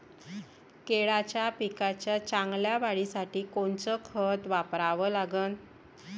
केळाच्या पिकाच्या चांगल्या वाढीसाठी कोनचं खत वापरा लागन?